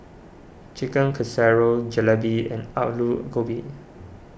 Chicken Casserole Jalebi and Alu Gobi